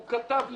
הוא כתב לי: